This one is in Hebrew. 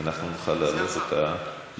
אנחנו נוכל להעלות אותה.